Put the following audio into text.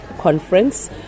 conference